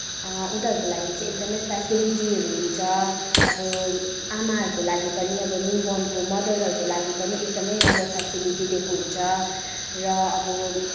उनीहरूको लागि चाहिँ एकदमै फेसिलिटीहरू हुन्छ अब आमाहरूको लागि पनि अब न्युबर्नको मदरहरूको लागि पनि एकदमै राम्रो फेसिलिटी दिएको हुन्छ र अब